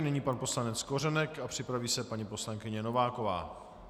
Nyní pan poslanec Kořenek a připraví se paní poslankyně Nováková.